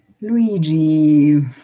Luigi